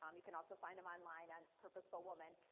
um you can also find them online on purposeful woman,